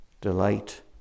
delight